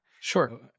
Sure